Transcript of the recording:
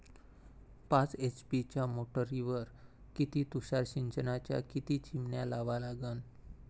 पाच एच.पी च्या मोटारीवर किती तुषार सिंचनाच्या किती चिमन्या लावा लागन?